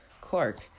Clark